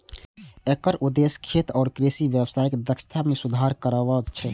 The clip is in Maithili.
एकर उद्देश्य खेत आ कृषि व्यवसायक दक्षता मे सुधार करब छै